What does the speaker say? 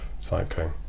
cycling